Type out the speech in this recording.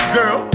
girl